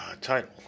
title